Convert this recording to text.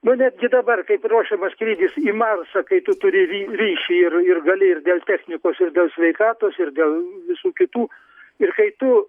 nu netgi dabar kaip ruošiamas skrydis į marsą kai tu turi ry ryšį ir ir gali dėl technikos ir dėl sveikatos ir dėl visų kitų ir kai tu